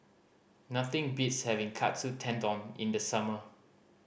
nothing beats having Katsu Tendon in the summer